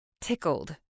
tickled